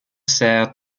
sert